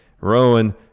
Rowan